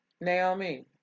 Naomi